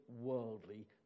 worldly